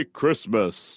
Christmas